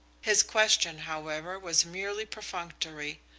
his question, however, was merely perfunctory.